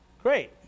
Great